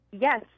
Yes